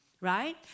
right